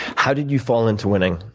how did you fall into winning?